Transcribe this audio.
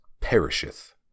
perisheth